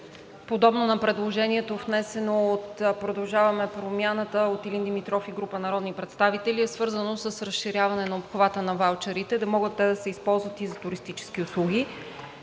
подобно на предложението, внесено от „Продължаваме Промяната“ от Илин Димитров и група народни представители, е свързано с разширяване на обхвата на ваучерите –да могат те да се използват и за туристически услуги.